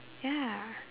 ya